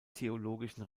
theologischen